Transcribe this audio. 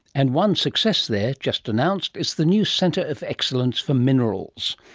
and one success there, just announced, is the new centre of excellence for minerals.